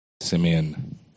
Simeon